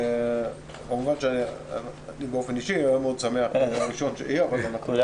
אני באופן אישי אהיה הראשון שאשמח על כך.